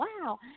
wow